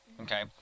okay